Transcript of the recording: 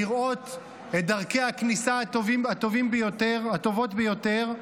לראות את דרכי הכניסה הטובות ביותר.